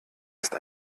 ist